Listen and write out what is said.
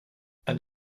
and